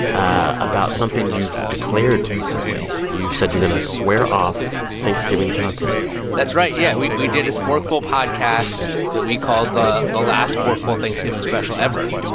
about something you've declared recently. you've said you're going to swear off thanksgiving content that's right. yeah, we we did a sporkful podcast that we called the the last sporkful thanksgiving special ever.